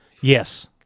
Yes